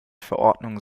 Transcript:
verordnung